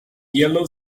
yellow